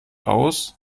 aus